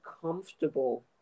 comfortable